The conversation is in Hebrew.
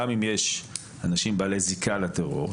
גם אם יש אנשים בעלי זיקה לטרור,